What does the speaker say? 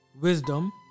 wisdom